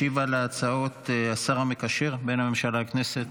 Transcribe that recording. ישיב על ההצעות השר המקשר בין הממשלה לכנסת.